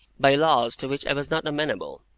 by laws to which i was not amenable,